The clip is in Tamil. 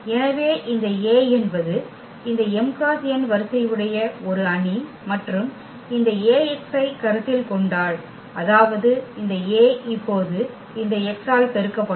எனவே இந்த A என்பது இந்த m × n வரிசை உடைய ஒரு அணி மற்றும் இந்த Axஐ கருத்தில் கொண்டால் அதாவது இந்த A இப்போது இந்த x ஆல் பெருக்கப்படும்